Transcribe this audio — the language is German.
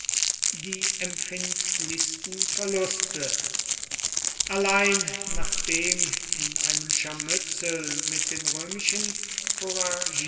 die empfindlichsten verluste allein nachdem in einem scharmützel mit den römischen